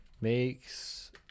makes